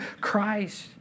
Christ